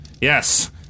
Yes